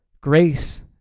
grace